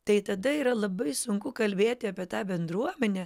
tai tada yra labai sunku kalbėti apie tą bendruomenę